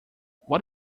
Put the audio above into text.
what